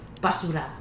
basura